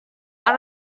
out